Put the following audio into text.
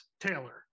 Taylor